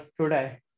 today